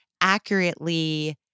accurately